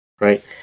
right